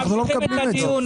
אנחנו לא מקבלים את זה.